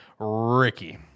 Ricky